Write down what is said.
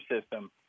system